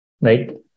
right